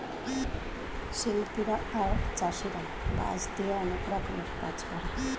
শিল্পীরা আর চাষীরা বাঁশ দিয়ে অনেক রকমের কাজ করে